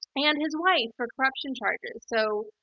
and his wife, for corruption charges. so,